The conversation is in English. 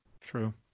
True